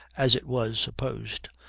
as it was supposed,